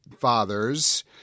fathers